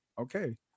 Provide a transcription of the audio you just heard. okay